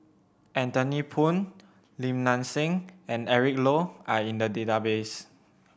Anthony Poon Lim Nang Seng and Eric Low are in the database